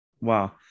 Wow